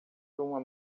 uma